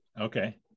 Okay